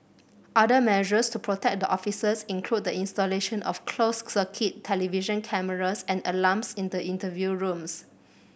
other measures to protect the officers include the installation of closed circuit television cameras and alarms in the interview rooms